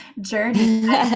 journey